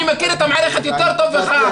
אני מכיר את המערכת יותר טוב ממך.